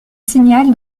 signal